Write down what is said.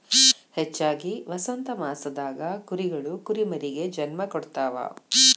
ಹೆಚ್ಚಾಗಿ ವಸಂತಮಾಸದಾಗ ಕುರಿಗಳು ಕುರಿಮರಿಗೆ ಜನ್ಮ ಕೊಡ್ತಾವ